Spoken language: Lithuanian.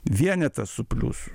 vienetas su pliusu